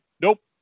Nope